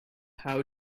how